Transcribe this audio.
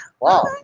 Wow